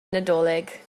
nadolig